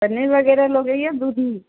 पनीर वग़ैरह लोगे या दूध ही